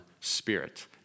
spirit